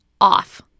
off